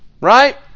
Right